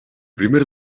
primer